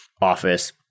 office